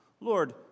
Lord